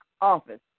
office